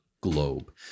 globe